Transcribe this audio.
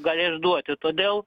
galės duoti todėl